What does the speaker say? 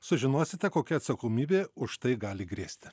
sužinosite kokia atsakomybė už tai gali grėsti